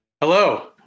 Hello